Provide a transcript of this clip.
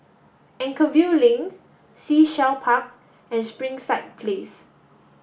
Anchorvale Link Sea Shell Park and Springside Place